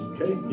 Okay